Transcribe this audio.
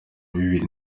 bibiri